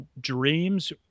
dreams